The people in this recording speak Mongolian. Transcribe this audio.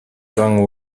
зан